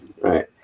Right